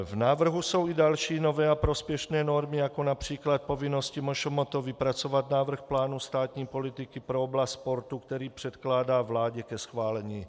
V návrhu jsou i další nové a prospěšné normy, jako např. povinnost MŠMT vypracovat návrh plánu státní politiky pro oblast sportu, který předkládá vládě ke schválení.